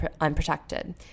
unprotected